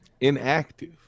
Inactive